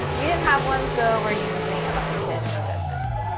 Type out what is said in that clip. we didn't have one, so we're using a muffin tin. no judgments.